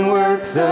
works